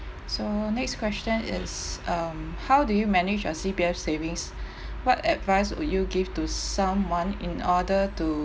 so next question is um how do you manage your C_P_F savings what advice would you give to someone in order to